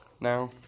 Now